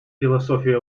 философия